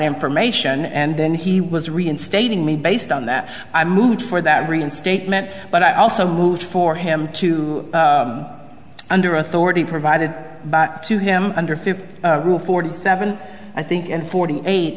information and then he was reinstating me based on that i moved for that reinstatement but i also moved for him to under authority provided to him under fifty rule forty seven i think and forty eight